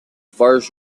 first